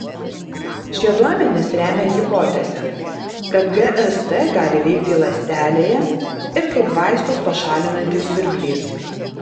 šie duomenys remia hipotezę kad gst gali veikti ląstelėje ir kaip vaistus pašalinantis siurblys